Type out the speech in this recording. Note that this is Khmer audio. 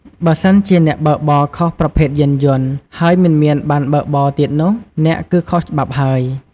បើសិនជាអ្នកបើកបរខុសប្រភេទយានយន្ដ ហើយមិនមានប័ណ្ណបើកបរទៀតនោះ អ្នកគឺខុសច្បាប់ហើយ។